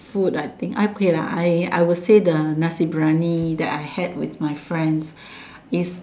food I think okay lah I I will say the nasi-biryani that I had with my friend is